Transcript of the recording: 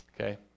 Okay